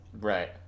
Right